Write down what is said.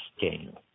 game